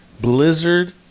Blizzard